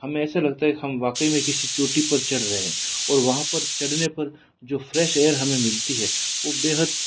हमें ऐसा लगता है जैसे हम वाक़ई किसी छोटी पर चढ़ रहे हैं और वहाँ पर चढ़ने पर जो फ्रेश एयर हमें मिलती है वो बेहद